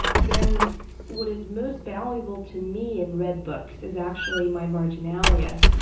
then what is most valuable to me in read books is actually my marginalia.